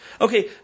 Okay